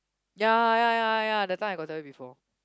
ya ya ya ya that time I got tell you before